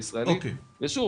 טוב,